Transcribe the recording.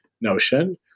notion